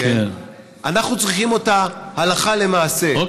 אנחנו צריכים אותה הלכה למעשה.